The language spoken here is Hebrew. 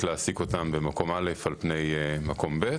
להעסיק אותם במקום א' על פני מקום ב'.